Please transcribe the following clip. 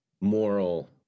moral